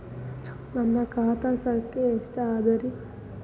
ನನ್ನ ಖಾತೆ ಸಂಖ್ಯೆ ಎಷ್ಟ ಅದರಿ?